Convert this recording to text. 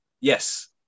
yes